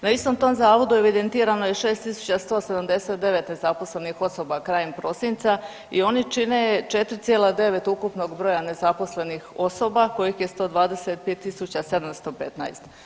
Na istom tom zavodu evidentirano je 6.179 nezaposlenih osoba krajem prosinca i oni čine 4,9 ukupnog broja nezaposlenih osoba kojih je 125.715.